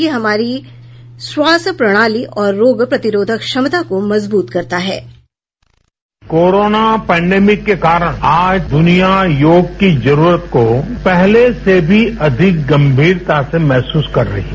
यह हमारी श्वास प्रणाली और रोग प्रतिरोधक क्षमता मजबूत करता है साउंड बाईट कोरोना पैंडेमिक के कारण आज दुनिया योग की जरूरत को पहले से भी अधिक गंभीरता से महसूस कर रही है